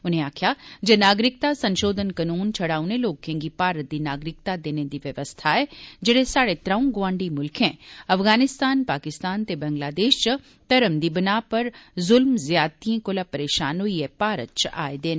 उनें आक्खेआ जे नागरिकता संशोधन कानून शड़ा उनें लोकें गी भारत दी नागरिकता देने दी व्यवस्था ऐ जेड़े स्हाड़े त्र'ऊं गोआंडी मुल्खे अफगानिस्तान पाकिस्तान ते बंगलादेश च धर्म दी बिनाह पर जुल्म ज्यादतिएं कोला परेशान होईएं भारत च आए दे न